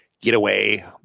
getaway